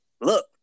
Look